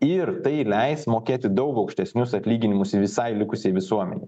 ir tai leis mokėti daug aukštesnius atlyginimus visai likusiai visuomenei